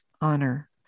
honor